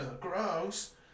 gross